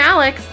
Alex